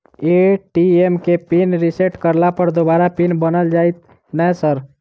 ATM केँ pin reset करला पर दोबारा पिन बन जाइत नै सर?